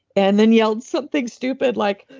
and then yelled something stupid like,